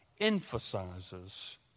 emphasizes